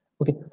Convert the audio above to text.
okay